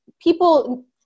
people